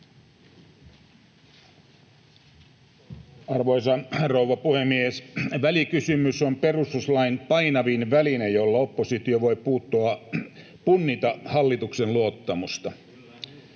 Arvoisa rouva puhemies! Välikysymys on perustuslain painavin väline, jolla oppositio voi punnita hallituksen luottamusta. [Kokoomuksen